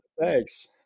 thanks